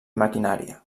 maquinària